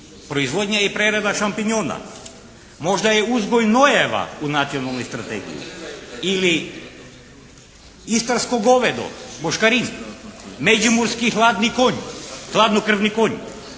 Proizvodnja i prerada šampinjona. Možda je uzgoj nojeva u Nacionalnoj strategiji ili istarsko govedo, «buškarin»? Međimurski hladni konj, hladnokrvni konj.